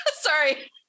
Sorry